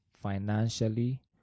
financially